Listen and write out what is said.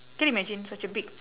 can you imagine such a big